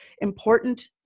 important